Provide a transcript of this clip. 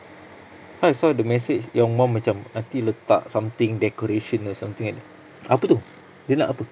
cause I saw the message your mum macam nanti letak something decoration or something like that apa tu dia nak apa